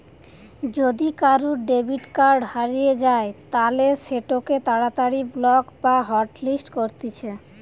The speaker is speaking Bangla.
যদি কারুর ডেবিট কার্ড হারিয়ে যায় তালে সেটোকে তাড়াতাড়ি ব্লক বা হটলিস্ট করতিছে